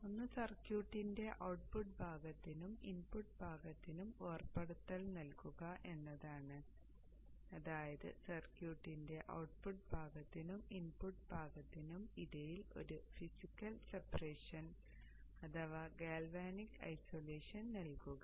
ഒന്ന് സർക്യൂട്ടിന്റെ ഔട്ട്പുട്ട് ഭാഗത്തിനും ഇൻപുട്ട് ഭാഗത്തിനും വേർപെടുത്തൽ നൽകുക എന്നതാണ് അതായത് സർക്യൂട്ടിന്റെ ഔട്ട്പുട്ട് ഭാഗത്തിനും ഇൻപുട്ട് ഭാഗത്തിനും ഇടയിൽ ഒരു ഫിസിക്കൽ സെപ്പറേഷൻ അഥവാ ഗാൽവാനിക് ഐസൊലേഷൻ നൽകുക